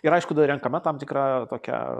ir aišku dar renkama tam tikra tokia